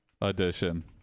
Edition